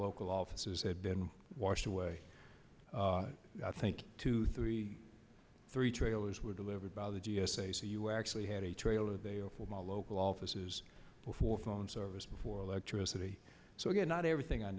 local offices had been washed away i think two three three trailers were delivered by the g s a so you actually had a trailer they are from our local offices before phone service before electricity so again not everything o